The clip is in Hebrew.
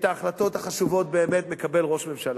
את ההחלטות החשובות באמת מקבל ראש ממשלה.